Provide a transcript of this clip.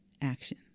action